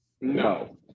no